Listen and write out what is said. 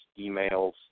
emails